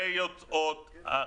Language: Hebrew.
יוצאות.